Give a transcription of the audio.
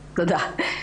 הפועלים,